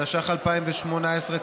התשע"ח 2018,